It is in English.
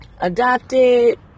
adopted